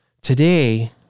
Today